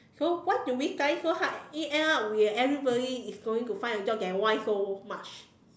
so why do we study so hard in end up everybody is going to find a job that whine so much